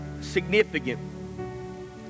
significant